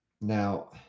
Now